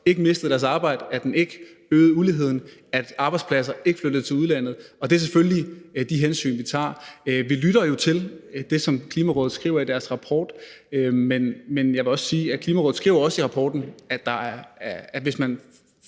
ikke mistede deres arbejde, at den ikke øgede uligheden, og at arbejdspladser ikke flyttede til udlandet, og det er selvfølgelig de hensyn, vi tager. Vi lytter jo til det, som Klimarådet skriver i deres rapport, men jeg vil også sige, at Klimarådet også skriver i rapporten, at hvis man